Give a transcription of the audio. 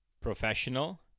professional